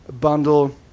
bundle